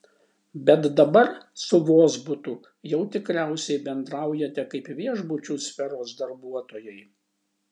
bet dabar su vozbutu jau tikriausiai bendraujate kaip viešbučių sferos darbuotojai